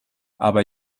aber